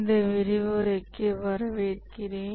இந்த விரிவுரைக்கு வரவேற்கிறேன்